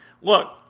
Look